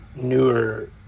newer